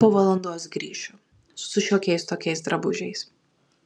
po valandos grįšiu su šiokiais tokiais drabužiais